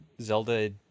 Zelda